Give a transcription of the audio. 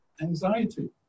anxiety